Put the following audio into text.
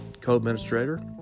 co-administrator